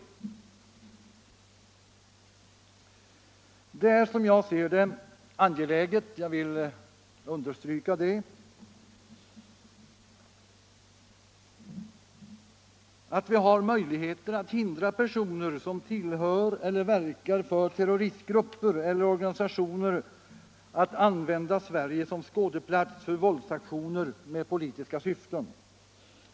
Det är som jag ser saken angeläget — jag vill understryka det — att vi har möjligheter att hindra personer som tillhör eller verkar för terroristgrupper eller organisationer att använda Sverige som skådeplats för våldsaktioner med politiska syften.